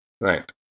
Right